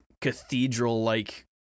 cathedral-like